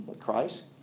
Christ